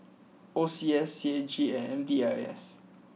O C S C A G and M D I S